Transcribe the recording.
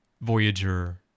Voyager